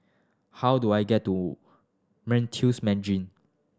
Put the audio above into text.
how do I get to Meritus Mandarin